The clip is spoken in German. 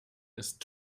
ist